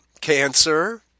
cancer